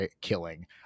killing